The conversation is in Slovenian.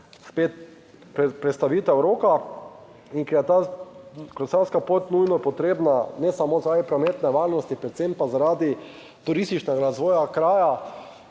spet predstavitev roka in ker je ta kolesarska pot nujno potrebna, ne samo zaradi prometne varnosti, predvsem pa zaradi turističnega razvoja kraja,